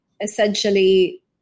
essentially